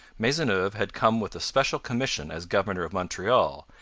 maisonneuve had come with a special commission as governor of montreal,